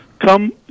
come